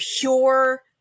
pure